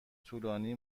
طولانی